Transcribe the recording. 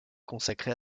consacrer